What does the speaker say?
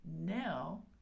now